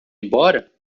embora